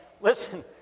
listen